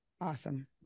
Awesome